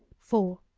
four.